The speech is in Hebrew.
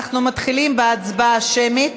אנחנו מתחילים בהצבעה שמית,